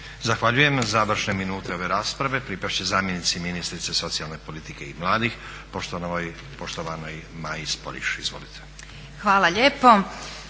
Zahvaljujem. Završne minute ove rasprave pripast će zamjenici ministrice socijalne politike i mladih poštovanoj Maji Sporiš. Izvolite. **Sporiš,